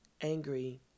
angry